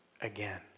again